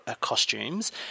costumes